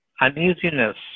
uneasiness